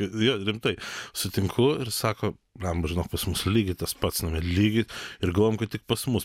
jo rimtai sutinku ir sako blemba žinok pas mus lygiai tas pats nu vat lygiai ir galvojom kad tik pas mus